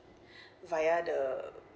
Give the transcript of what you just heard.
via the